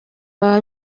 baba